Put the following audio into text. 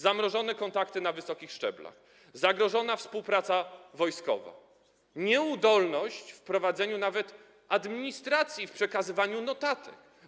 Zamrożone kontakty na wysokich szczeblach, zagrożona współpraca wojskowa, nieudolność w prowadzeniu nawet administracji i w przekazywaniu notatek.